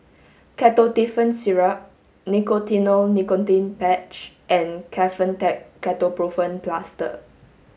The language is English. Ketotifen Syrup Nicotinell Nicotine Patch and Kefentech Ketoprofen Plaster